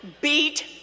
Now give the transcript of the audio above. Beat